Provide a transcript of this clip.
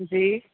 जी